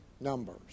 numbers